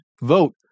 vote